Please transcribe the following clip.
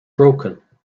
broken